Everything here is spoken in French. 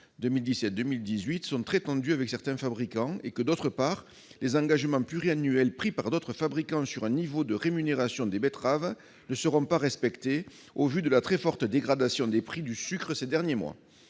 2017-2018 sont très tendues, et que, d'autre part, les engagements pluriannuels pris par d'autres fabricants sur un niveau de rémunération des betteraves ne seront pas respectés au vu de la très forte dégradation des prix du sucre ces derniers mois.